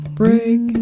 break